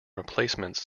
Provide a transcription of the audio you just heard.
replacements